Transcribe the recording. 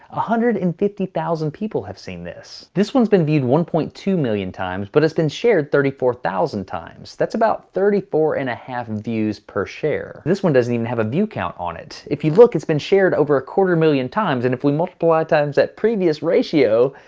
hundred and fifty thousand people have seen this. this one's been viewed one point two million times but it's been shared thirty four thousand times. that's about thirty four and point five views per share. this one doesn't even have a view count on it. if you look, it's been shared over a quarter million times and if we multiply times that previous ratio,